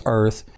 earth